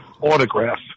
autograph